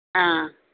ஆ